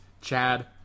Chad